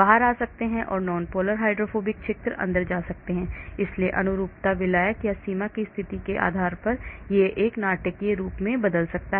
बाहर आ सकते हैं नॉनपोलर हाइड्रोफोबिक क्षेत्र अंदर जा सकते हैं इसलिए अनुरूपता विलायक या सीमा की स्थिति के आधार पर नाटकीय रूप से बदल सकती है